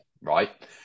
right